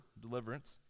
deliverance